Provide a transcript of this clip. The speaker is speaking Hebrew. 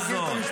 זה לא נכון.